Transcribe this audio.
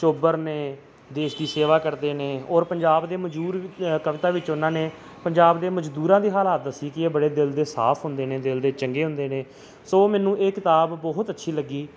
ਚੋਬਰ ਨੇ ਦੇਸ਼ ਦੀ ਸੇਵਾ ਕਰਦੇ ਨੇ ਔਰ ਪੰਜਾਬ ਦੇ ਮਜੂਰ ਕਵਿਤਾ ਵਿੱਚ ਉਹਨਾਂ ਨੇ ਪੰਜਾਬ ਦੇ ਮਜ਼ਦੂਰਾਂ ਦੇ ਹਾਲਾਤ ਦੱਸੀ ਕਿ ਇਹ ਬੜੇ ਦਿਲ ਦੇ ਸਾਫ਼ ਹੁੰਦੇ ਨੇ ਦਿਲ ਦੇ ਚੰਗੇ ਹੁੰਦੇ ਨੇ ਸੋ ਮੈਨੂੰ ਇਹ ਕਿਤਾਬ ਬਹੁਤ ਅੱਛੀ ਲੱਗੀ